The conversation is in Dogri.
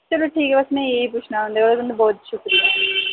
चलो ठीक ऐ में सिर्फ 'इ'यै पूछन ऐ तुं'दे कोला शुक्रिया